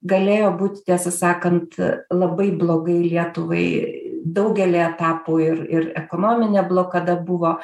galėjo būti tiesą sakant labai blogai lietuvai daugelyje etapų ir ir ekonominė blokada buvo